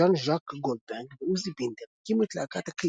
ז'אן ז'אק גולדברג ועוזי בינדר הקימו את להקת הקליק,